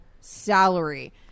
Salary